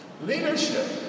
Leadership